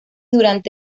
durante